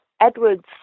Edward's